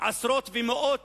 עשרות ומאות,